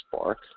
Spark